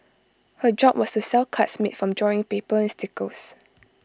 her job was to sell cards made from drawing paper and stickers